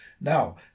Now